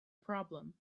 problem